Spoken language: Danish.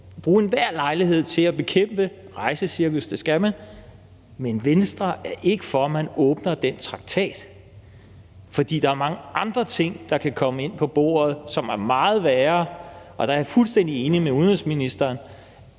bruge enhver lejlighed til at bekæmpe rejsecirkus. Det skal man. Men Venstre er ikke for, at man åbner den traktat. For der er mange andre ting, der kan komme ind på bordet, som er meget værre. Og der er jeg fuldstændig enig med udenrigsministeren.